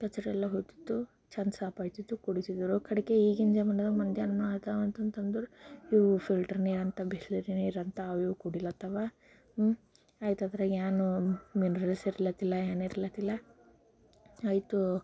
ಕಚ್ರ ಎಲ್ಲ ಹೋಗ್ತಿತ್ತು ಚೆಂದ ಸಾಪ್ ಆಯ್ತಿತ್ತು ಕುಡೀತಿದ್ರು ಕಡೆಗೆ ಈಗಿನ ಜಮಾನದಾಗ ಮಂದ್ಯಾನ ಆಯ್ತವ ಅಂತಂತಂದ್ರೆ ಇವು ಫಿಲ್ಟರ್ ನೀರು ಅಂತ ಬಿಸ್ಲರಿ ನೀರು ಅಂತ ಅವು ಇವು ಕುಡಿಲತ್ತವ ಆಯಿತಾ ಅದ್ರಗಿನೂ ಮಿನ್ರಲ್ಸ್ ಇರ್ಲತ್ತಿಲ್ಲ ಏನೂ ಇರ್ಲತ್ತಿಲ್ಲ ಆಯಿತಾ